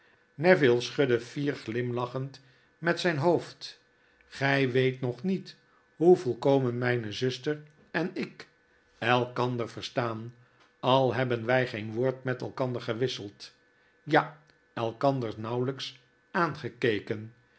schudde fier glimlachend met zyn hoofd b gy weet nog niet hoe volkomen myne zuster en ik elkander verstaan al hebben wy geen woord met elkander gewisseld ja elkander nauwlijks aangekeken